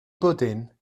bwdin